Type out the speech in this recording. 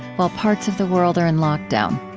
while parts of the world are in lockdown.